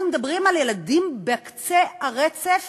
אנחנו מדברים על ילדים בקצה הרצף